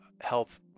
health